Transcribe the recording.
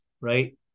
Right